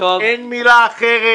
אין מילה אחרת,